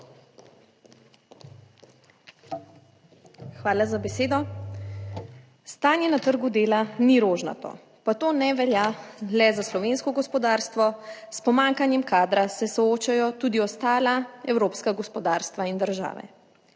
Hvala za besedo. Stanje na trgu dela ni rožnato. Pa to ne velja le za slovensko gospodarstvo, s pomanjkanjem kadra se soočajo tudi ostala evropska gospodarstva in države.